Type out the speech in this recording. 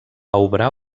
obrar